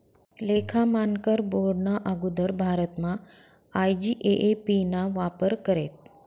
लेखा मानकर बोर्डना आगुदर भारतमा आय.जी.ए.ए.पी ना वापर करेत